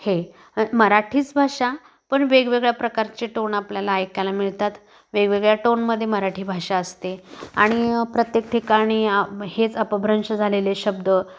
हे मराठीच भाषा पण वेगवेगळ्या प्रकारचे टोन आपल्याला ऐकायला मिळतात वेगवेगळ्या टोनमध्ये मराठी भाषा असते आणि प्रत्येक ठिकाणी हेच अपभ्रंश झालेले शब्द